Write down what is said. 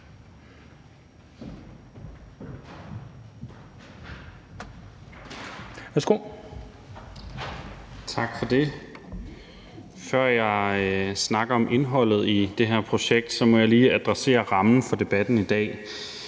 (SF): Tak for det. Før jeg snakker om indholdet i det her projekt, må jeg lige adressere rammen for debatten i dag.